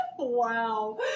Wow